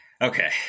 Okay